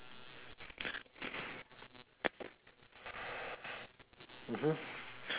mmhmm